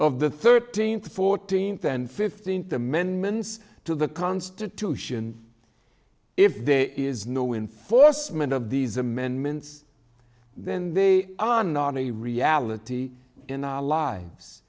of the thirteenth fourteenth and fifteenth amendments to the constitution if there is no in foresman of these amendments then they anani reality in our lives